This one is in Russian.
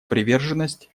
приверженность